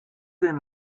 den